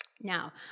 Now